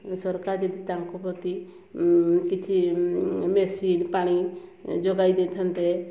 ସରକାର ଯଦି ତାଙ୍କ ପ୍ରତି କିଛି ବେଶୀ ପାଣି ଯୋଗାଇ ଦେଇଥାନ୍ତେ